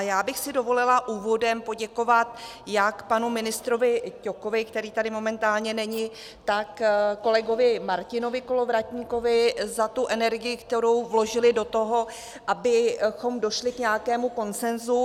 Já bych si dovolila úvodem poděkovat jak panu ministrovi Ťokovi, který tady momentálně není, tak kolegovi Martinovi Kolovratníkovi za energii, kterou vložili do toho, abychom došli k nějakému konsenzu.